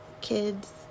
kids